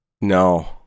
No